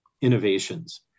innovations